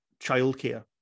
childcare